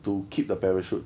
to keep the parachute